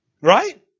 right